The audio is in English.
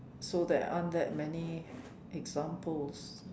so there aren't that many examples